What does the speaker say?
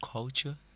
Culture